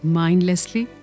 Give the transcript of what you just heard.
mindlessly